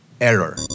error